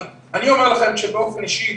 אני אומר לכם באופן אישי,